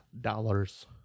dollars